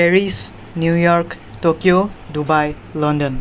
Paris New York Tokyo Dubai London